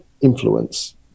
influence